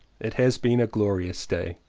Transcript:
it has been a glorious day.